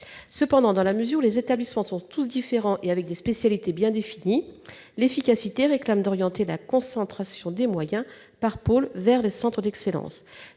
Cependant, dans la mesure où les établissements sont tous différents et ont des spécialités bien définies, l'efficacité réclame d'orienter la concentration des moyens par pôle vers les centres d'excellence.